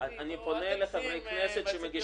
אפשר להגיש